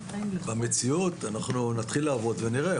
במציאות אנחנו נתחיל לעבוד ונראה.